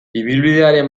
ibilbidearen